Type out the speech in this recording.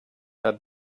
had